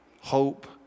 Hope